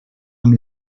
amb